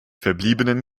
verbliebenen